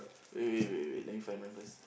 wait wait wait wait let me find mine first